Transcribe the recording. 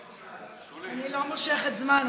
אני לא מושכת זמן,